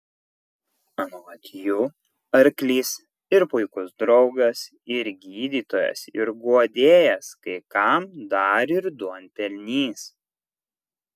anot jų arklys ir puikus draugas ir gydytojas ir guodėjas kai kam dar ir duonpelnys